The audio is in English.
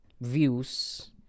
views